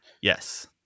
Yes